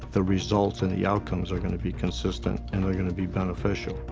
the results and the outcomes are gonna be consistent, and they're gonna be beneficial.